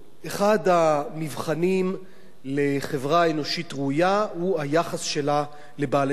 אחד המבחנים לחברה אנושית ראויה הוא היחס שלה לבעלי-חיים.